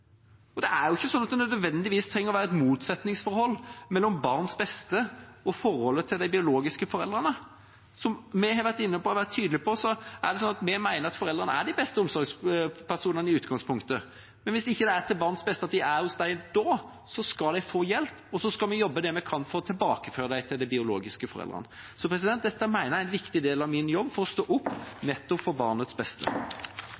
Det er ikke nødvendigvis sånn at det trenger å være et motsetningsforhold mellom barns beste og forholdet til de biologiske foreldrene. Som vi har vært inne på og vært tydelige på, mener vi at foreldrene i utgangspunktet er de beste omsorgspersonene, men hvis det ikke er til barns beste at de er hos dem, skal de få hjelp, og så skal vi jobbe det vi kan for å tilbakeføre dem til de biologiske foreldrene. Dette mener jeg er en viktig del av min jobb, nettopp for å stå